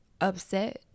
upset